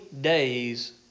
days